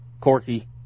Corky